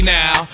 now